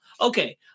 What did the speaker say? Okay